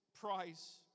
price